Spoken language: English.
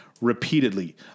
repeatedly